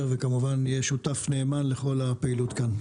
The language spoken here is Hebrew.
וכמובן אהיה שותף נאמן לכל הפעילות כאן.